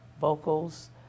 vocals